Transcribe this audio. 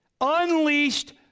unleashed